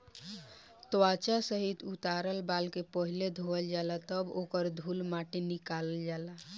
त्वचा सहित उतारल बाल के पहिले धोवल जाला तब ओकर धूल माटी निकालल जाला